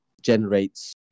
generates